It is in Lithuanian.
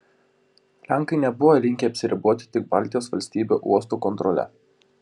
lenkai nebuvo linkę apsiriboti tik baltijos valstybių uostų kontrole